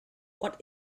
what